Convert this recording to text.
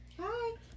hi